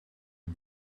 are